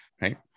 right